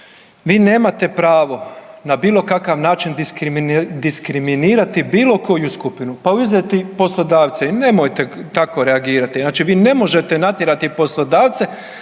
Vi nemate pravo na bilo kakav način diskriminirati bilo koju skupinu, pa uzeti poslodavce, nemojte tako reagirati. Znači vi ne možete natjerati poslodavce